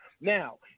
Now